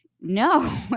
no